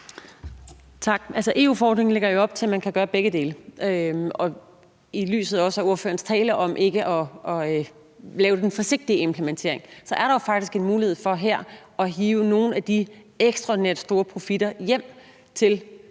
EU-forordningen lægger jo op til, at man kan gøre begge dele, og i lyset også af ordførerens tale om ikke at lave den forsigtige implementering er der jo faktisk en mulighed for her at hive nogle af de ekstraordinært store profitter hjem til